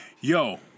yo